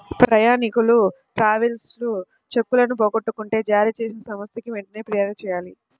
ప్రయాణీకులు ట్రావెలర్స్ చెక్కులను పోగొట్టుకుంటే జారీచేసిన సంస్థకి వెంటనే పిర్యాదు చెయ్యాలి